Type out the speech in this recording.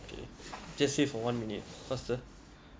okay just say for one minute faster